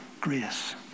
...grace